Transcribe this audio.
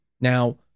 Now